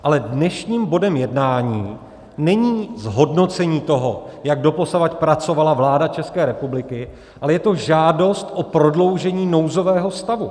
Ale dnešním bodem jednání není zhodnocení toho, jak doposavad pracovala vláda České republiky, ale je to žádost o prodloužení nouzového stavu.